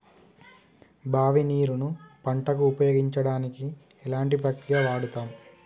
బావి నీరు ను పంట కు ఉపయోగించడానికి ఎలాంటి ప్రక్రియ వాడుతం?